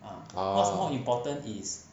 ah